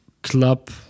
club